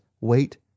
wait